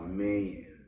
man